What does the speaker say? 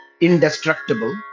indestructible